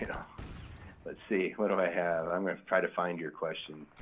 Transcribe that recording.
you know let's see, what do i have? i'm going to try to find your question.